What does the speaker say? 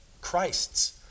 Christ's